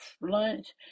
lunch